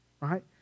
Right